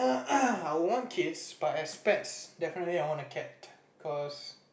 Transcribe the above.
I would want kids but as pets definitely I would want a cat cause